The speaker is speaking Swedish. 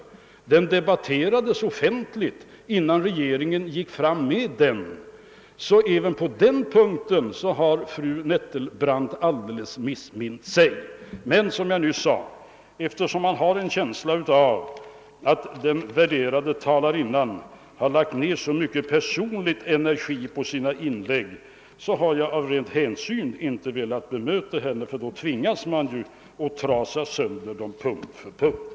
Omsättningsskatten debatterades offentligt, innan regeringen framlade förslaget. även på den punkten har fru Nettelbrandt alldeles missmint sig. Men som jag nyss sade, eftersom man har en känsla av att den värderade talarinnan har lagt ned så mycken personlig energi på sina inlägg, har jag av ren hänsyn inte velat bemöta henne, för då tvingas man ju att trasa sönder dem punkt för punkt.